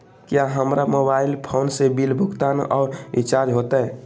क्या हमारा mobile phone से बिल भुगतान और रिचार्ज होते?